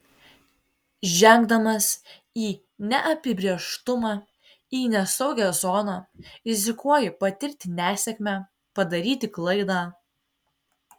žengdamas į neapibrėžtumą į nesaugią zoną rizikuoji patirti nesėkmę padaryti klaidą